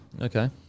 Okay